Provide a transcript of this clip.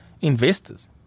investors